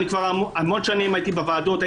המון שנים הייתי בוועדות,